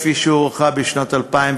כפי שהוערכה בשנת 2012,